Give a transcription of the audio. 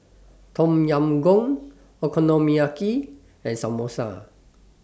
Tom Yam Goong Okonomiyaki and Samosa